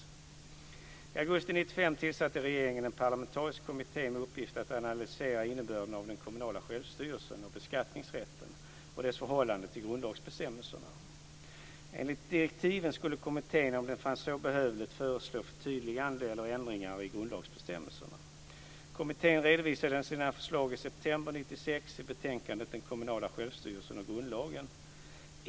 I augusti 1995 tillsatte regeringen en parlamentarisk kommitté med uppgift att analysera innebörden av den kommunala självstyrelsen och beskattningsrätten och dess förhållande till grundlagsbestämmelserna. Enligt direktiven skulle kommittén, om den fann så behövligt, föreslå förtydliganden eller ändringar i grundlagsbestämmelserna. Kommittén redovisade sina förslag i september 1996 i betänkandet 1996:129).